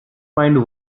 mind